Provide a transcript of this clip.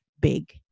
big